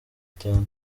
cyane